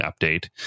update